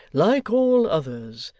like all others,